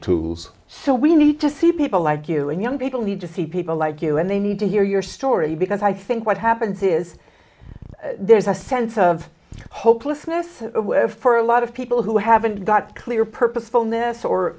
tools so we need to see people like you and young people need to see people like you and they need to hear your story because i think what happens is there's a sense of hopelessness for a lot of people who haven't got clear purposefulness or